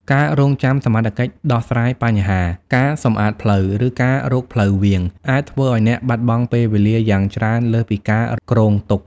ការរង់ចាំសមត្ថកិច្ចដោះស្រាយបញ្ហា ការសម្អាតផ្លូវ ឬការរកផ្លូវវាង អាចធ្វើឱ្យអ្នកបាត់បង់ពេលវេលាយ៉ាងច្រើនលើសពីការគ្រោងទុក។